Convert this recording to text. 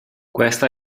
questa